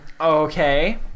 Okay